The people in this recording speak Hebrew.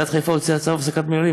עיריית חיפה הוציאה צו הפסקה מינהלי,